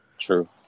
True